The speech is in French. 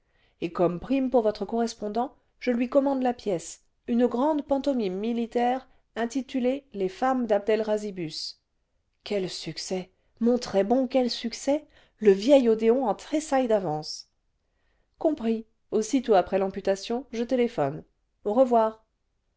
et comme prime pour votre correspondant je lui commande la pièce une grande pantomime militaire intitulée les femmes dabd elrazibus quel succès mon très bon quel succès le vieil odéon en tressaille d'avance compris aussitôt après l'amputation je téléphone au revoir